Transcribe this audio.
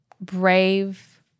brave